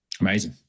Amazing